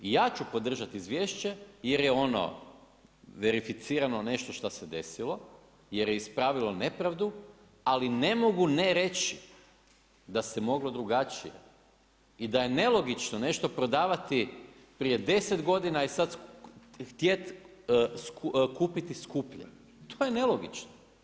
I ja ću podržati izvješće jer je ono verificirano nešto šta se desilo jer je ispravilo nepravdu, ali ne mogu ne reći da se moglo drugačije i da je nelogično nešto prodavati prije deset godina i sada htjeti kupiti skuplje, to je nelogično.